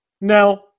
No